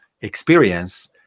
experience